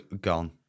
gone